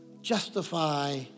justify